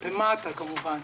כלפי מטה כמובן.